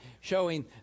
showing